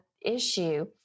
issue